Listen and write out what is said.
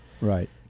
Right